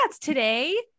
today